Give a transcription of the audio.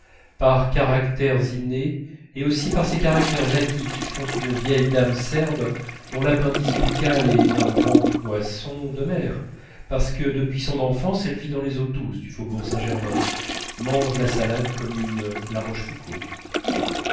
par caractères innés et aussi par ces caractères acquis qui font qu'une vieille dame serbe dont l'appendice buccal est d'un grand poisson de mer parce que depuis son enfance elle vit dans les eaux douces du faubourg saint-germain